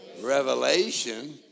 revelation